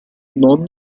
non